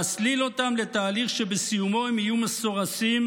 להסליל אותם לתהליך שבסיומו הם יהיו מסורסים,